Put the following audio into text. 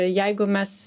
jeigu mes